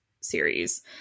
series